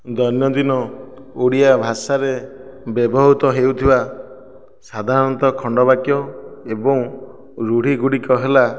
ଦୈନଦିନ ଓଡ଼ିଆ ଭାଷାରେ ବ୍ୟବହୃତ ହେଉଥିବା ସାଧାରଣତଃ ଖଣ୍ଡବାକ୍ୟ ଏବଂ ରୂଢ଼ି ଗୁଡ଼ିକ ହେଲା